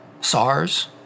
SARS